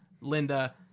Linda